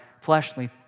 fleshly